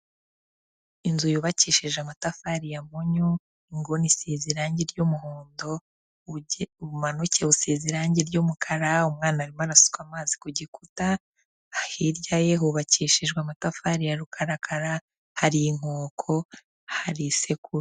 Inzu yubakishije amatafari ya mpunyu inguni isize irangi ry'umuhondo ubumanuke busize irangi ry'umukara, umwana arimo arasuka amazi ku gikuta hirya ye hubakishijwe amatafari ya rukarakara hari inkoko hari isekuru.